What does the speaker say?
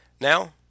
Now